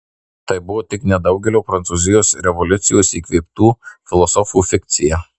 tai buvo tik nedaugelio prancūzijos revoliucijos įkvėptų filosofų fikcija